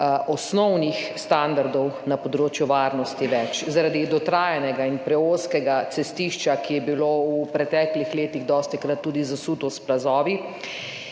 osnovnih standardov na področju varnosti. Zaradi dotrajanega in preozkega cestišča, ki je bilo v preteklih letih dostikrat tudi zasuto s plazovi,